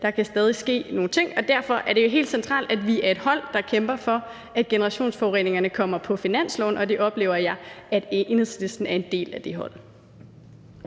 der kan stadig ske nogle ting, og derfor er det jo helt centralt, at vi er et hold, der kæmper for, at generationsforureningerne kommer på finansloven. Og jeg oplever, at Enhedslisten er en del af det hold.